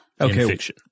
Okay